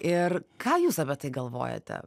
ir ką jūs apie tai galvojate